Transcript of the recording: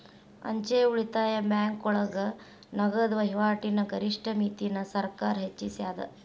ಅಂಚೆ ಉಳಿತಾಯ ಬ್ಯಾಂಕೋಳಗ ನಗದ ವಹಿವಾಟಿನ ಗರಿಷ್ಠ ಮಿತಿನ ಸರ್ಕಾರ್ ಹೆಚ್ಚಿಸ್ಯಾದ